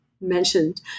mentioned